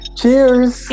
cheers